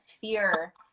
fear